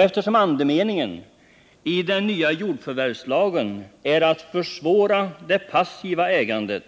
Eftersom andemeningen i den nya jordförvärvslagen är att försvåra det passiva ägandet